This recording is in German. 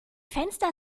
fenster